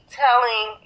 telling